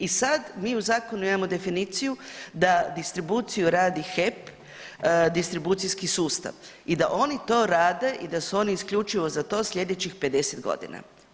I sad mi u zakonu imamo definiciju da distribuciju radi HEP distribucijski sustav i da oni to rade i da su oni isključivo za to sljedećih 50 godina.